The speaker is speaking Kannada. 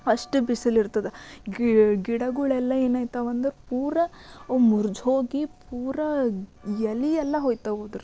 ಅಷ್ಟು ಬಿಸಿಲು ಇರ್ತದೆ ಗಿಡಗಳೆಲ್ಲ ಏನಾಗ್ತವೆ ಅಂದ್ರೆ ಪುರಾ ಮುರ್ಜೋಗಿ ಪುರಾ ಎಲೆಯೆಲ್ಲ ಹೋಗ್ತಾವ ಉದುರಿ